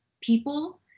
people